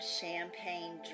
Champagne